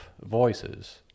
voices